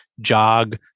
jog